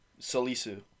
Salisu